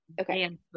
Okay